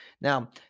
Now